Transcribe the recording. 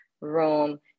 room